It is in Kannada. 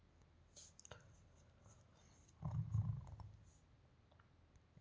ಎಸ್.ಬಿ.ಐ ಅಧಿಕೃತ ನೆಟ್ ಬ್ಯಾಂಕಿಂಗ್ ವೆಬ್ಸೈಟ್ ಗೆ ಹೋಗಿ ಬೇಕಾಗಿರೋ ಎಲ್ಲಾ ಮಾಹಿತಿನ ನಮೂದಿಸ್ಬೇಕ್